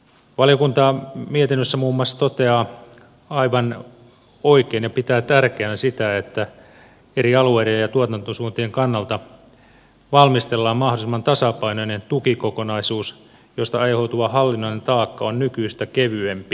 valiokunta mietinnössä toteaa muun muassa aivan oikein ja pitää tärkeänä sitä että eri alueiden ja tuotantosuuntien kannalta valmistellaan mahdollisimman tasapainoinen tukikokonaisuus josta aiheutuva hallinnollinen taakka on nykyistä kevyempi